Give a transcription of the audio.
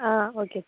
ah okay sir